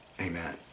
amen